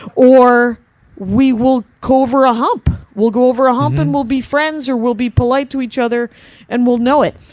or we will go over a hump. we'll go over a hump and we'll be friends or we'll be polite to each other and we'll know it.